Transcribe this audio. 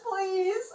please